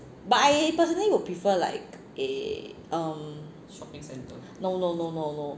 but I personally would prefer like a no no no no no